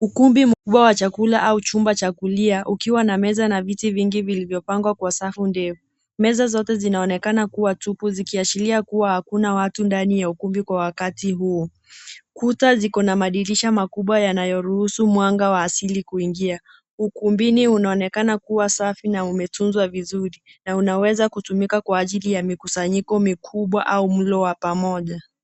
Ukumbi mkubwa wa chakula au chumba cha kulia ukiwa na meza na viti vingi vilivyopangwa kwa safu ndefu ,meza zote zinaonekana kuwa tupu zikiashiria kuwa hakuna watu ndani ya ukumbi kwa wakati huo, kuta ziko na madirisha makubwa yanayoruhusu mwanga wa asili kuingia, ukumbini unaonekana kuwa safi na umetunzwa vizuri na unaweza kutumika kwa ajili ya mikusanyiko mikubwa au mlo wa pamoja.